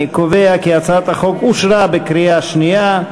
אני קובע כי הצעת החוק אושרה בקריאה שנייה.